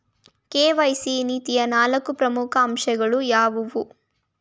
KYC ನೀತಿಯ ನಾಲ್ಕು ಪ್ರಮುಖ ಅಂಶಗಳು ಯಾವುವು?